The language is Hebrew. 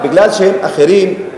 כי הם אחרים,